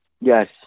Yes